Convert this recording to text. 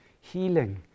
Healing